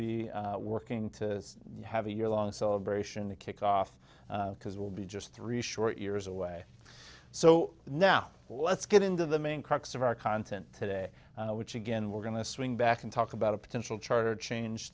be working to have a year long celebration to kick off because it will be just three short years away so now let's get into the main crux of our content today which again we're going to swing back and talk about a potential charter change